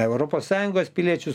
europos sąjungos piliečius